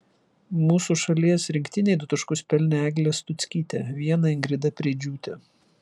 mūsų šalies rinktinei du taškus pelnė eglė stuckytė vieną ingrida preidžiūtė